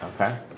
Okay